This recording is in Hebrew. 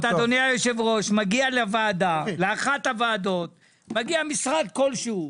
מגעי לאחת הוועדות משרד כלשהו,